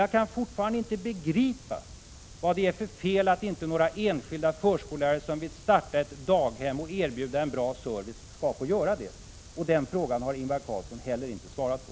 Jag kan fortfarande inte begripa vad det är för fel i att några enskilda förskollärare, som vill starta ett daghem och erbjuda en bra service, inte skall få göra det. Inte heller den frågan har Ingvar Carlsson svarat på.